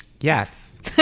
Yes